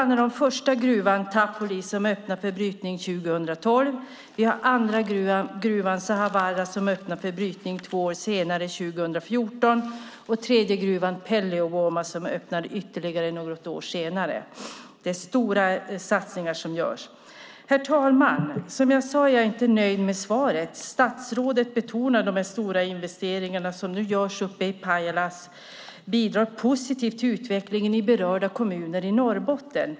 Den första gruvan, Tapuli, öppnar för brytning 2012. Den andra gruvan, Sahavaara, öppnar för brytning två år senare, alltså 2014. Den tredje gruvan, Pellivuoma, öppnar ytterligare något år senare. Det är stora satsningar som görs. Som jag sade är jag inte nöjd med svaret. Statsrådet betonar att de stora investeringar som nu görs uppe i Pajala bidrar positivt till utvecklingen i berörda kommuner i Norrbotten.